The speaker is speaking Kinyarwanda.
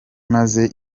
maze